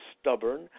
stubborn